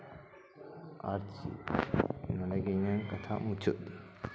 ᱱᱚᱰᱮᱜᱮ ᱤᱧᱟᱹᱝ ᱠᱟᱛᱷᱟ ᱢᱩᱪᱟᱹᱫ